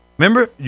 Remember